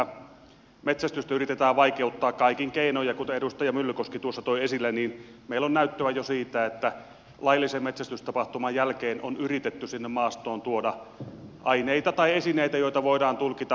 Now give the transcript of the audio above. metsästystä yritetään vaikeuttaa kaikin keinoin ja kuten edustaja myllykoski toi esille niin meillä on jo näyttöä siitä että laillisen metsästystapahtuman jälkeen on yritetty sinne maastoon tuoda aineita tai esineitä joita voidaan tulkita ravintohoukuttimiksi